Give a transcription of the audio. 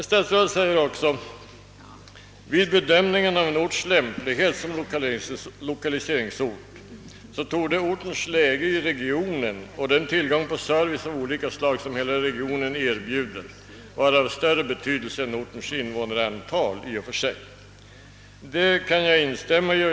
Statsrådet säger sedan: »Vid bedömningen av en orts lämplighet som lokaliseringsort torde ortens läge i regionen och den tillgång på service av olika slag som hela regionen erbjuder vara av större betydelse än ortens invånarantal i och för sig.» Det kan jag instämma i.